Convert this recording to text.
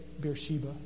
Beersheba